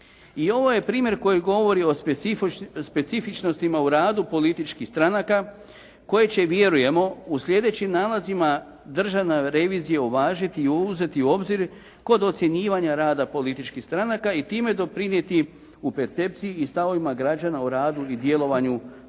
i ovo je primjer koji govori o specifičnostima u radu političkih stranaka koje će vjerujemo u sljedećim nalazima Državna revizija uvažiti i uzeti u obzir kod ocjenjivanja rada političkih stranaka i time doprinijeti u percepciji i stavovima građana u radu i djelovanju političkih stranaka.